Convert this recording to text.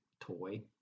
toy